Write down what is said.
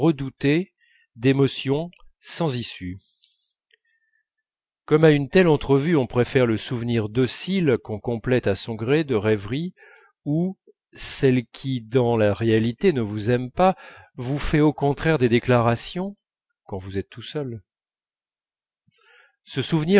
redouté d'émotions sans issue comme à une telle entrevue on préfère le souvenir docile qu'on complète à son gré de rêveries où celle qui dans la réalité ne vous aime pas vous fait au contraire des déclarations quand vous êtes tout seul ce souvenir